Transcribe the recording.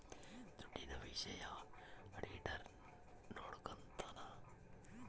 ದುಡ್ಡಿನ ವಿಷಯ ಆಡಿಟರ್ ನೋಡ್ಕೊತನ